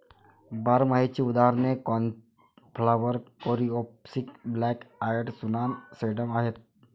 बारमाहीची उदाहरणे cornflower, coreopsis, black eyed Susan, sedum आहेत